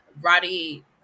Roddy